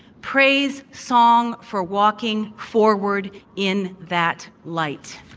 praise song for walking forward in that light.